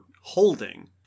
holding